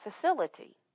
facility